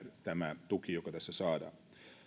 tämä tuki joka tässä saadaan on